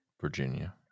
Virginia